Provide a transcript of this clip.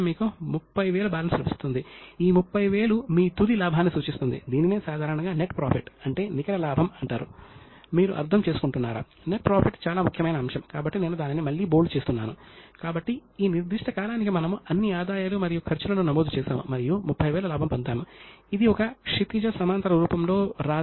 కౌటిల్యుడు వ్యక్తుల యొక్క యోగ్యత వ్యక్తిగత విలువలను ప్రతిబింబిస్తుందని మరియు నైతిక విలువ అభ్యాసం బాల్యం నుండే ప్రారంభం కావాలని భావించాడు అంతేకాక వయోజన నైతిక ప్రవర్తన వృత్తిపరమైన నైపుణ్యం వలె ముఖ్యమైనది అని కూడా అభిప్రాయపడ్డాడు